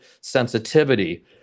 sensitivity